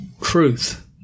Truth